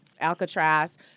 Alcatraz